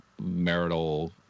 marital